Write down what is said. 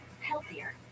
healthier